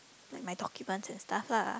like my documents and stuff lah